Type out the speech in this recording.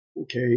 Okay